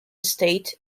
state